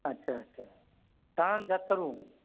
अच्छा अच्छा साँझ आ तरुण